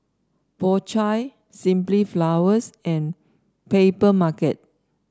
Po Chai Simply Flowers and Papermarket